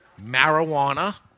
marijuana